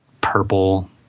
purple